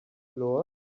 floor